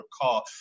recall